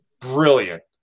Brilliant